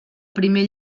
primer